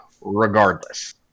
regardless